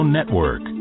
Network